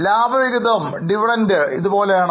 ലാഭവിഹിതവും ഇതുപോലെയാണ്